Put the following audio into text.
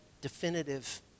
definitive